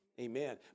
Amen